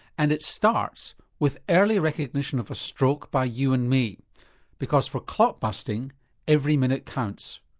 and it starts with early recognition of a stroke by you and me because for clot busting every minute counts.